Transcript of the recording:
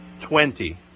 Twenty